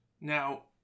Now